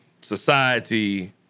society